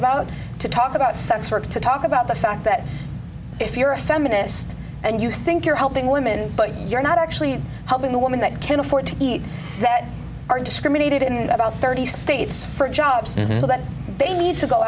about to talk about sex work to talk about the fact that if you're a feminist and you think you're helping women but you're not actually helping the woman that can afford to eat that are discriminated in about thirty states for jobs and so that they need to go